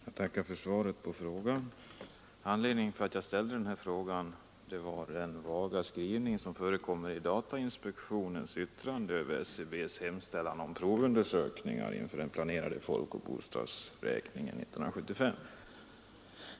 Herr talman! Jag tackar för svaret på frågan. Anledningen till att jag ställde frågan var den vaga skrivning som förekommer i datainspektionens yttrande över SCB:s hemställan om provundersökning inför den planerade folkoch bostadsräkningen 1975.